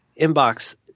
inbox